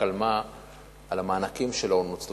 כמה מאות מיליונים, מה שלא נוצל?